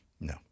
no